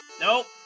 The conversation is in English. Nope